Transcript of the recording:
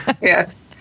Yes